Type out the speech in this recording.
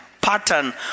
pattern